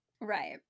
Right